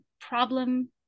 problem